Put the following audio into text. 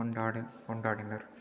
கொண்டாடு கொண்டாடினர்